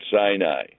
Sinai